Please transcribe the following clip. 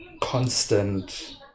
constant